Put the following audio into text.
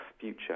future